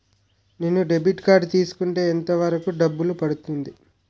నేను debit card తీసుకుంటే ఎంత వరకు డబ్బు పడుతుంది?